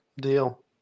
Deal